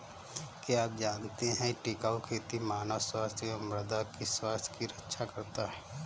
क्या आप जानते है टिकाऊ खेती मानव स्वास्थ्य एवं मृदा की स्वास्थ्य की रक्षा करता हैं?